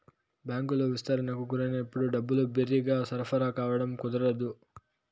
బ్యాంకులు విస్తరణకు గురైనప్పుడు డబ్బులు బిరిగ్గా సరఫరా కావడం కుదరదు